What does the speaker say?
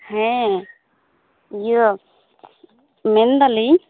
ᱦᱮᱸ ᱤᱭᱟᱹ ᱢᱮᱱᱫᱟᱞᱤᱧ